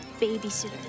babysitter